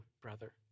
brother